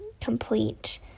complete